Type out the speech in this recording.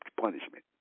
punishment